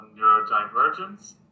neurodivergence